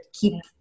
keep